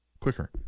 quicker